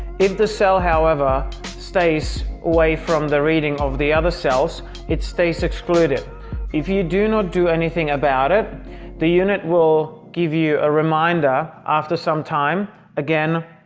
if the cell however stays away from the reading of the other cells it stays excluded if you do not do anything about it the unit will give you a reminder after some time again